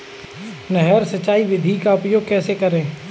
नहर सिंचाई विधि का उपयोग कैसे करें?